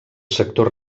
sector